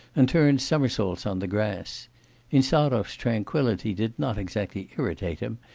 and turned somersaults on the grass insarov's tranquillity did not exactly irritate him,